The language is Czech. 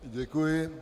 Děkuji.